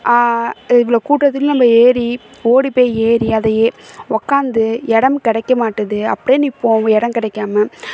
இவ்வளோ கூட்டத்துலேயும் நம்ம ஏறி ஓடி போய் ஏறி அதை எ உக்காந்து இடம் கிடைக்க மாட்டுது அப்டி நிற்போம் அப்படி இடம் கிடைக்காம